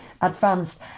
Advanced